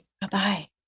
Bye-bye